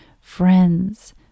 friends